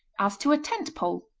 as to a tent-pole.